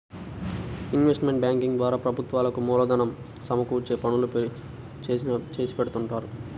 investment banking ద్వారా ప్రభుత్వాలకు మూలధనం సమకూర్చే పనులు చేసిపెడుతుంటారు